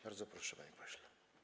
Bardzo proszę, panie pośle.